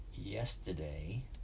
yesterday